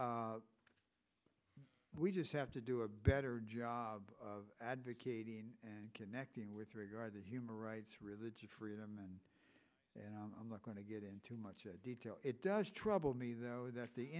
and we just have to do a better job of advocating connecting with regard to human rights religious freedom and i'm not going to get into much detail it does trouble me though that the